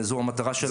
זו המטרה שלנו.